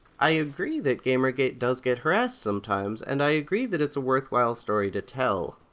i agree that gamergate does get harassed sometimes, and i agree that it's a worthwhile story to tell.